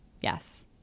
Yes